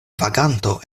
vaganto